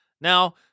Now